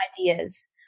ideas